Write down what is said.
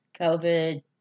COVID